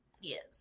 Yes